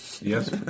Yes